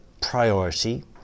priority